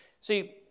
See